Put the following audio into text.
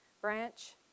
branch